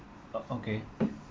o~ okay